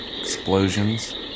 Explosions